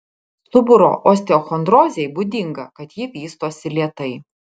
stuburo osteochondrozei būdinga kad ji vystosi lėtai